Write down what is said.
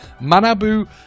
Manabu